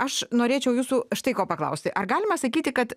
aš norėčiau jūsų štai ko paklausti ar galima sakyti kad